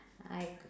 I